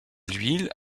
l’huile